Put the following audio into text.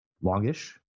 longish